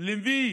למי